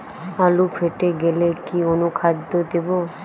আলু ফেটে গেলে কি অনুখাদ্য দেবো?